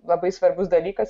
labai svarbus dalykas